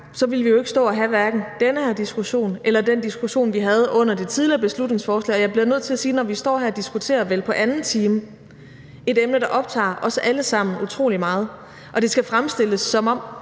ville vi jo ikke stå og have hverken denne her diskussion eller den diskussion, vi havde under det tidligere beslutningsforslag. Jeg bliver nødt til at sige, at jeg, når vi står her og diskuterer et emne, der vel optager os alle sammen utrolig meget, på anden time og det skal fremstilles, som om